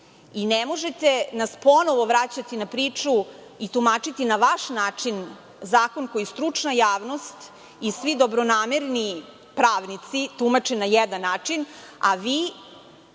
i ne možete nas ponovo vraćati na priču i tumačiti na vaš način zakon koji stručna javnost i svi dobronamerni pravnici tumače na jedan način, a vi